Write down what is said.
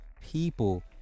people